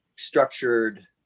structured